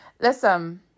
Listen